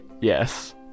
yes